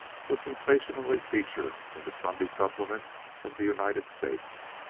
was sensationally featured in the sunday supplements of the united states.